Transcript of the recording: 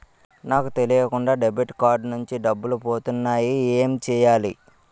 నాకు తెలియకుండా debit card నుంచి డబ్బులు పోతున్నాయి ఎం చెయ్యాలి?